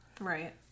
right